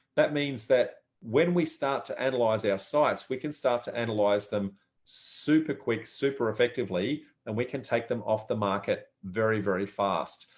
that means that when we start to analyze our sites, we can start to analyze them super quick, super effectively, and we can take them off the market very, very fast.